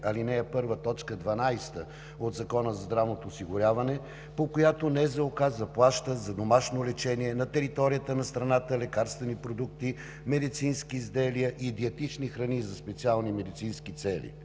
ал. 1, т. 12 от Закона за здравното осигуряване, по която Националната здравноосигурителна каса заплаща за домашно лечение на територията на страната лекарствени продукти, медицински изделия и диетични храни за специални медицински цели.